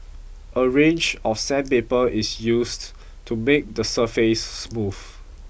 a range of sandpaper is used to make the surface smooth